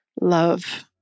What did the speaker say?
Love